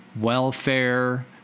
welfare